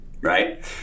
right